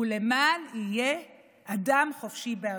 למען יהיה אדם חופשי בארצו!